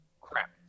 Crap